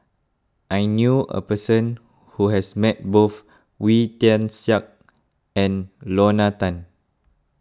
I knew a person who has met both Wee Tian Siak and Lorna Tan